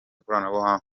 ikoranabuhanga